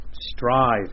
strive